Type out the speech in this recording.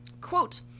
Quote